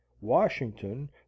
Washington